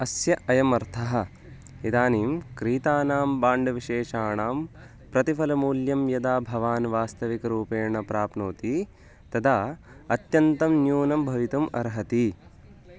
अस्य अयमर्थः इदानीं क्रीतानां भाण्डविशेषाणां प्रतिफलमूल्यं यदा भवान् वास्तविकरूपेण प्राप्नोति तदा अत्यन्तं न्यूनं भवितुम् अर्हति